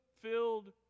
filled